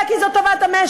אלא כי זאת טובת המשק,